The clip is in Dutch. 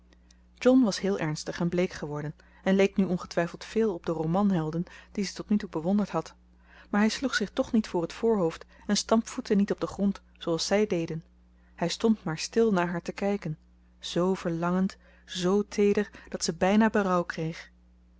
john was heel ernstig en bleek geworden en leek nu ongetwijfeld veel op de romanhelden die ze tot nu toe bewonderd had maar hij sloeg zich toch niet voor het voorhoofd en stampvoette niet op den grond zooals zij deden hij stond maar stil naar haar te kijken z verlangend z teeder dat ze bijna berouw kreeg